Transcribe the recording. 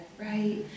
right